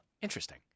Interesting